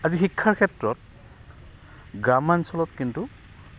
আজি শিক্ষাৰ ক্ষেত্ৰত গ্ৰামাঞ্চলত কিন্তু